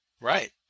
Right